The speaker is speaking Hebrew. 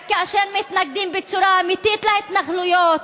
רק כאשר מתנגדים בצורה אמיתית להתנחלויות,